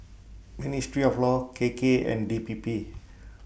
Ministry of law K K and D P P